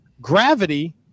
Gravity